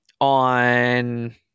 on